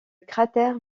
cratère